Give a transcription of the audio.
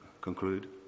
conclude